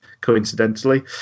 coincidentally